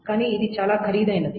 కానీ ఇది చాలా ఖరీదైనది